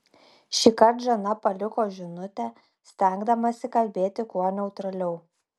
šįkart žana paliko žinutę stengdamasi kalbėti kuo neutraliau